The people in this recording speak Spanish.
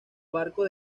barcos